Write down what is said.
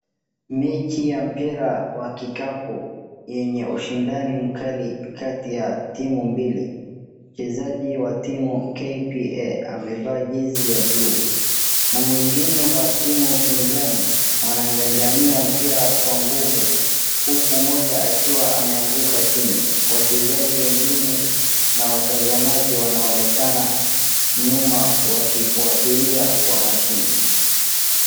Mechi ya mpira wa kikapu yenye ushindani mkali kati ya timu mbili, mchezaji wa timu KPA amevaa jezi ya buluu na mwingine wa timu pinzani wanang'ang'ania mpira kwa nguvu huku mmoja akiwa ameanguka chini. Wachezaji wengine na watazamaji wanaonekana nyuma wakifuatilia kwa makini.